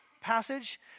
passage